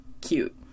cute